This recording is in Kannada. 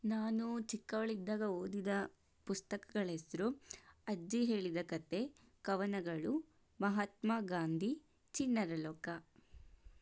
ನಾನು ಚಿಕ್ಕವಳಿದ್ದಾಗ ಓದಿದ ಪುಸ್ತಕಗಳ ಹೆಸರು ಅಜ್ಜಿ ಹೇಳಿದ ಕತೆ ಕವನಗಳು ಮಹಾತ್ಮ ಗಾಂಧಿ ಚಿಣ್ಣರ ಲೋಕ